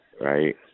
Right